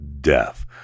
death